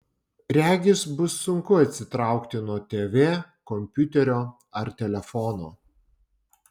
regis bus sunku atsitraukti nuo tv kompiuterio ar telefono